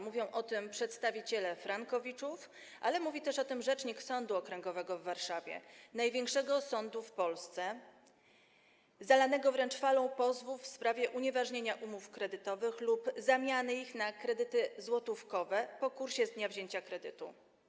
Mówią o tym przedstawiciele frankowiczów, ale mówi też o tym rzecznik Sądu Okręgowego w Warszawie, największego sądu w Polsce, zalanego wręcz falą pozwów w sprawie unieważnienia umów kredytowych lub zamiany tych kredytów na kredyty złotówkowe po kursie z dnia wzięcia kredytu.